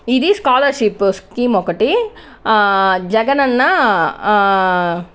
ఇది scholarship scheme ఒకటి జగనన్న